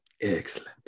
Excellent